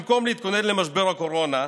במקום להתכונן למשבר הקורונה,